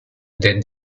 din